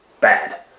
bad